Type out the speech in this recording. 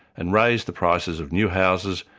and raise the prices of new houses,